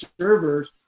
servers